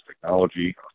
technology